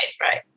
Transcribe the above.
right